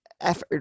effort